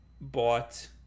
bought